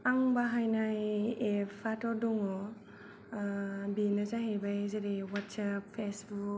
आं बाहायनाय एप आथ' दङ बेनो जाहैबाय जेरै हवाटसआप फेसबुक